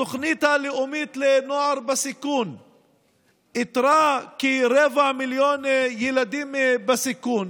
התוכנית הלאומית לנוער בסיכון איתרה כרבע מיליון ילדים בסיכון,